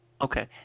Okay